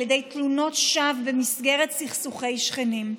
ידי תלונות שווא במסגרת סכסוכי שכנים.